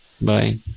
Bye